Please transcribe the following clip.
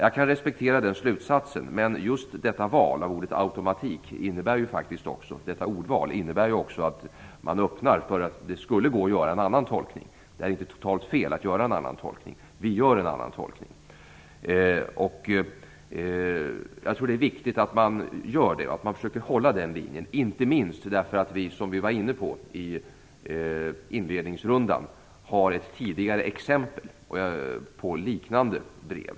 Jag kan respektera den slutsatsen, men just detta ordval innebär också att man öppnar för en annan tolkning. Det är inte totalt fel att göra en annan tolkning. Vi gör en annan tolkning. Jag tror att det är viktigt att man gör det och att man försöker hålla den linjen inte minst därför att det, som vi var inne på i inledningsrundan, finns ett tidigare exempel på liknande brev.